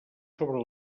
sobre